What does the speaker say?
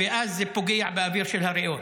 -- ואז זה פוגע באוויר של הריאות.